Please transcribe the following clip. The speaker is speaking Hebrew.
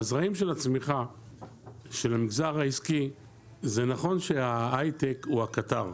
זה נכון שההייטק הוא הקטר,